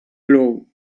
blow